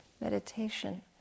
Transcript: meditation